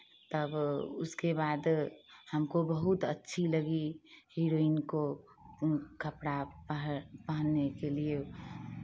तब उसके बाद हमको बहुत अच्छी लगी हीरोइन को कपड़ा पह पहनने के लिये